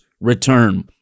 return